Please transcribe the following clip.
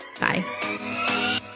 Bye